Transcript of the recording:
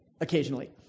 occasionally